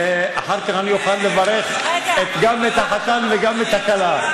ואחר כך אני אוכל לברך גם את החתן וגם את הכלה.